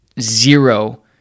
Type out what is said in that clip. zero